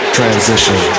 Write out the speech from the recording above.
Transition